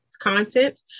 content